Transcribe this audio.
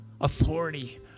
authority